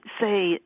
say